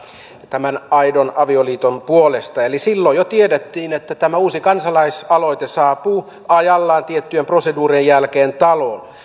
tämän aidon avioliiton puolesta eli silloin jo tiedettiin että tämä uusi kansalaisaloite saapuu ajallaan tiettyjen proseduurien jälkeen taloon